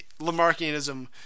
Lamarckianism